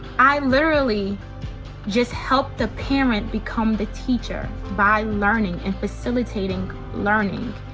i literally just helped the parent become the teacher by learning and facilitating learning.